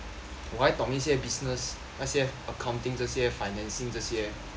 我还懂一些 business 那些 accounting 这些 financing 这些